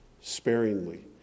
sparingly